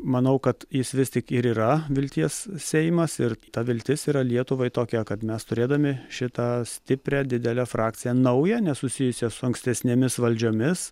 manau kad jis vis tik ir yra vilties seimas ir ta viltis yra lietuvai tokia kad mes turėdami šitą stiprią didelę frakciją naują nesusijusią su ankstesnėmis valdžiomis